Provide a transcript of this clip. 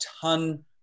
ton